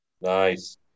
Nice